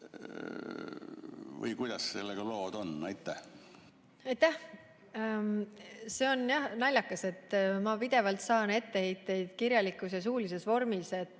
või kuidas sellega lood on? Aitäh! See on naljakas, et ma pidevalt saan etteheiteid kirjalikus ja suulises vormis, et